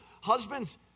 husbands